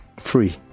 free